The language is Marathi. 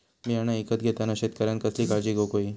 बियाणा ईकत घेताना शेतकऱ्यानं कसली काळजी घेऊक होई?